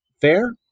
fair